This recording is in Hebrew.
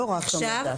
לא רק המדף.